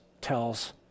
tells